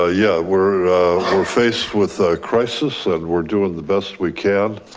ah yeah we're we're faced with crisis and we're doing the best we can.